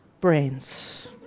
brains